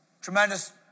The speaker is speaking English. tremendous